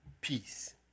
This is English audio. peace